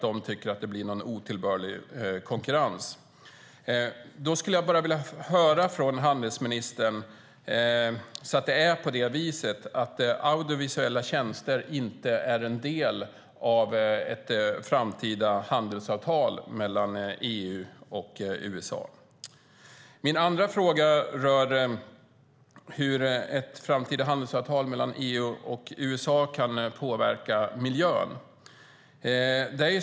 Jag skulle vilja höra från handelsministern om det är på det viset att audiovisuella tjänster inte är en del av ett framtida handelsavtal mellan EU och USA. Min andra fråga rör hur ett framtida handelsavtal mellan EU och USA kan påverka miljön.